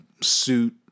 suit